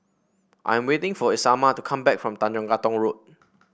I am waiting for Isamar to come back from Tanjong Katong Road